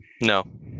No